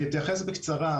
אני אתייחס בקצרה.